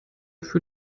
für